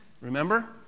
Remember